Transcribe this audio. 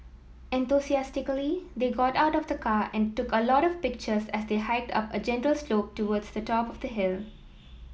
enthusiastically they got out of the car and took a lot of pictures as they hiked up a gentle slope towards the top of the hill